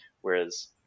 whereas